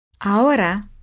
Ahora